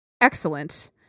excellent